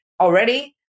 already